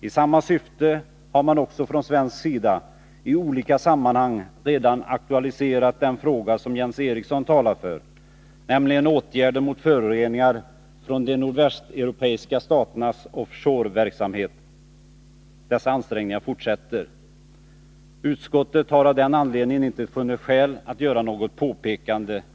I samma syfte har man också från svensk sida i olika sammanhang redan aktualiserat den fråga som Jens Eriksson talar för, nämligen åtgärder mot föroreningar från de nordvästeuropeiska staternas offshore-verksamhet. Dessa ansträngningar fortsätter, och utskottet har av den anledningen inte funnit skäl att göra något påpekande.